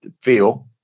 feel